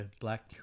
black